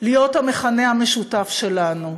להיות המכנה המשותף שלנו.